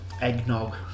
Eggnog